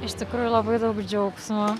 iš tikrųjų labai daug džiaugsmo